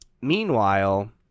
meanwhile